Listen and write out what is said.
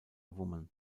women